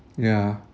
yeah